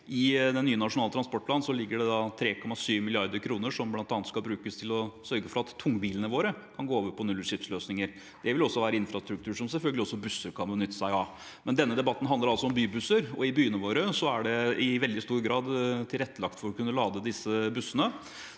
I den nye nasjonale transportplanen ligger det 3,7 mrd. kr som bl.a. skal brukes til å sørge for at tungbilene våre kan gå over på nullutslippsløsninger. Det vil være infrastruktur som selvfølgelig også busser kan benytte seg av. Denne debatten handler altså om bybusser, og i byene våre er det i veldig stor grad tilrettelagt for å kunne lade disse bussene,